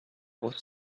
was